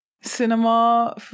cinema